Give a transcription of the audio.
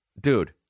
Dude